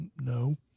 No